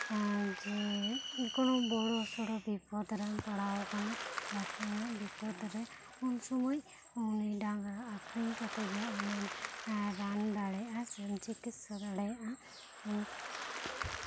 ᱡᱮ ᱠᱳᱱᱳ ᱥᱚᱲᱚ ᱵᱤᱯᱚᱛ ᱨᱮᱢ ᱯᱟᱲᱟᱣ ᱟᱠᱟᱱᱟ ᱞᱟᱹᱴᱤ ᱧᱚᱜ ᱵᱤᱯᱚᱛ ᱨᱮ ᱩᱱ ᱥᱚᱢᱚᱭ ᱰᱟᱝᱨᱤ ᱟᱠᱷᱨᱤᱧ ᱠᱟᱛᱮᱜᱮ ᱮᱢ ᱨᱟᱱ ᱫᱟᱲᱮᱭᱟᱜᱼᱟ ᱥᱮ ᱪᱤᱠᱤᱛᱥᱟ ᱫᱟᱲᱮᱭᱟᱜᱼᱟ